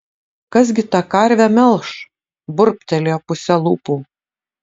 kas gi tą karvę melš burbtelėjo puse lūpų